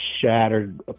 shattered